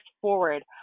forward